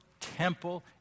Temple